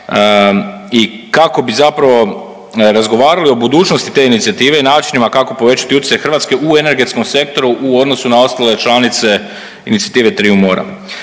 i kako bi zapravo razgovarali o budućnosti te inicijative i načinima kako povećati utjecaj Hrvatske u energetskom sektoru u odnosu na ostale članice Inicijative triju mora